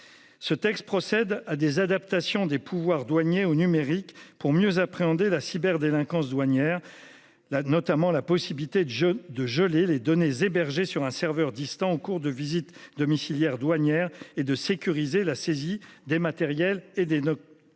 Ce texte procède à des adaptations des pouvoirs douanier au numérique pour mieux appréhender la cyberdélinquance douanières. Là notamment la possibilité de jeunes de geler les données hébergées sur un serveur distant au cours de visites domiciliaires douanières et de sécuriser la saisie des matériels et des notes.